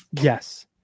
Yes